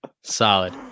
solid